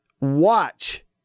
watch